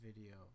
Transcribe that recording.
video